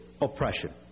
oppression